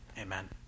amen